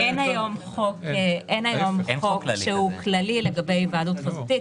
אין היום חוק שהוא כללי לגבי היוועדות חזותית.